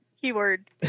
Keyword